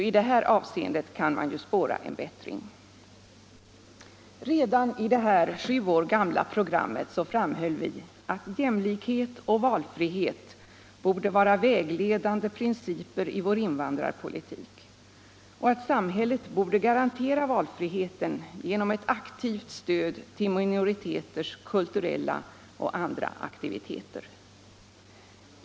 I det här avseendet kan man ju spåra en bättring. Redan i detta sju år gamla program framhöll vi att jämlikhet och valfrihet borde vara vägledande principer i vår invandrarpolitik och att samhället borde garantera valfriheten genom ett aktivt stöd till minoriteters kulturella och andra aktiviteter.